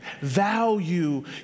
Value